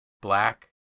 black